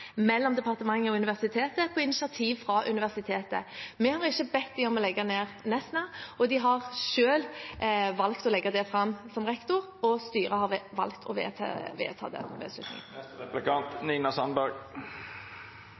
mellom departementet og universitetet på initiativ fra universitetet. Vi har ikke bedt dem om å legge ned Nesna; rektor har selv valgt å legge det fram, og styret har valgt å vedta